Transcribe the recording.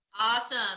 Awesome